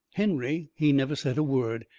henry, he never said a word.